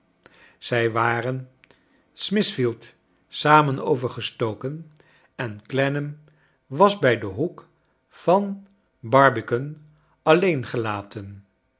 zij waren smithfield samen overgestoken en clennam was bij den hoek v an barbican alleen gelaten